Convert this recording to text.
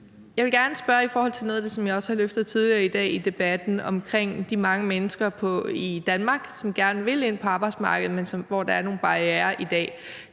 Jeg vil gerne spørge i forhold til noget af det, som jeg også har løftet tidligere i dag i debatten omkring de mange mennesker i Danmark, som gerne vil ind på arbejdsmarkedet, men hvor der er nogle barrierer i dag.